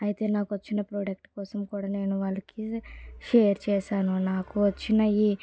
అయితే నాకు వచ్చిన ప్రాడక్ట్ కోసం కూడా నేను వాళ్ళకి షేర్ చేశాను నాకు వచ్చినవి